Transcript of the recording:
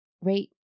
rate